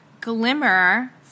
Glimmer